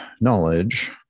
knowledge